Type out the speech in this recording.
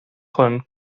hwn